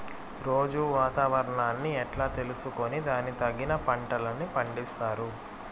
రోజూ వాతావరణాన్ని ఎట్లా తెలుసుకొని దానికి తగిన పంటలని పండిస్తారు?